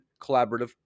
collaborative